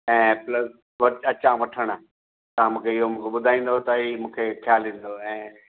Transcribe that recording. ऐं प्लस वटि अचां वठण तव्हां मूंखे इहो मूंखे ॿुधाईंदव त हीअ खयाल ईंदो ऐं